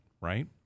right